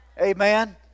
Amen